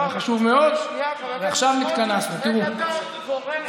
שנייה, חבר הכנסת סמוטריץ',